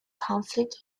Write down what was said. conflict